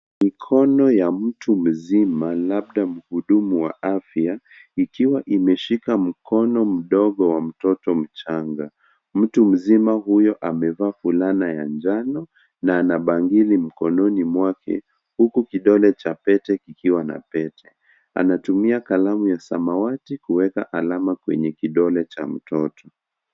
Mikono ya mtu mzima labda mhudumu wa afya ikiwa imeshika mkono mdogo ya mtoto mchanga. Mtu mzima huyo amevaa fulana ya njano na ana bangili mkononi mwake huku kidole cha pete kikiwa na pete. Anatumia kalamu ya samawati kueka alama kwenye kidole cha mtoto.